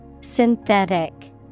Synthetic